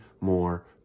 more